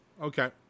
Okay